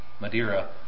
Madeira